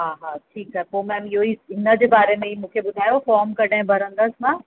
हा हा ठीकु आहे पोइ मेम इहेई इन जे बारे में मूंखे ॿुधायो फ़ॉम कॾहिं भरंदसि मां